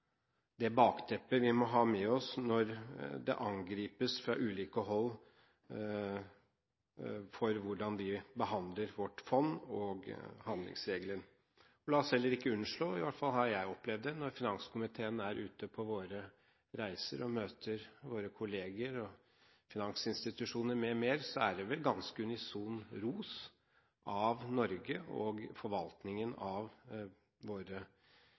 det bakteppet vi må ha med oss når det angripes fra ulike hold hvordan vi behandler vårt fond og handlingsregelen. La oss heller ikke unnslå – i hvert fall har jeg opplevd det når vi i finanskomiteen er ute på våre reiser og møter våre kolleger og finansinstitusjoner m.m. – at det er en ganske unison ros av Norge og forvaltningen av våre